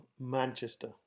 Manchester